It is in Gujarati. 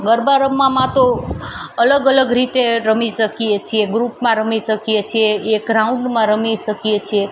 ગરબા રમવામાં તો અલગ અલગ રીતે રમી શકીએ છીએ ગ્રૂપમાં રમી શકીએ છીએ એક રાઉન્ડમાં રમી શકીએ છીએ